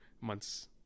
months